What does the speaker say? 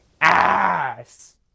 ass